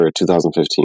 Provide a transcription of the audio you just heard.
2015